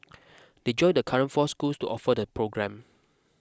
they join the current four schools to offer the programme